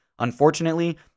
Unfortunately